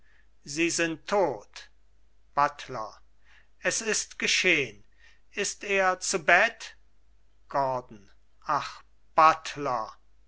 sie sind tot buttler es ist geschehn ist er zu bett gordon ach